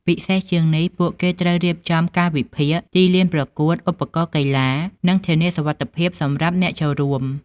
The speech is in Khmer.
ពិសេសជាងនេះពួកគេត្រូវរៀបចំកាលវិភាគ ទីលានប្រកួត ឧបករណ៍កីឡា និងធានាសុវត្ថិភាពសម្រាប់អ្នកចូលរួម។